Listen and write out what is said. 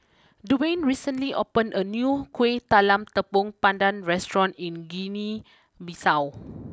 Duane recently opened a new Kueh Talam Tepong Pandan restaurant in Guinea Bissau